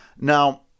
Now